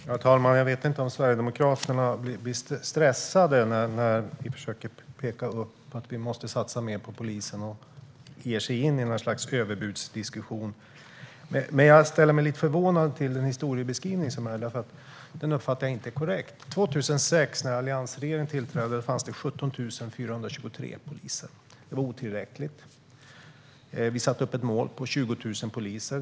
Herr talman! Jag vet inte om Sverigedemokraterna blir stressade när vi försöker påpeka att vi måste satsa på polisen och därför ger sig in i något slags överbudsdiskussion, men jag är lite förvånad över historiebeskrivningen. Den uppfattningen är nämligen inte korrekt. När alliansregeringen tillträdde 2006 fanns det 17 423 poliser. Det var otillräckligt, och vi satte upp ett mål om 20 000 poliser.